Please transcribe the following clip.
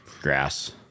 grass